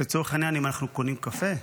לצורך העניין, אם אנחנו קונים קפה,